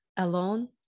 alone